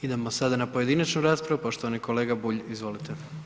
Idemo sada na pojedinačnu raspravu, poštovani kolega Bulj, izvolite.